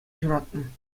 ҫуратнӑ